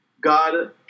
God